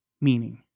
meaning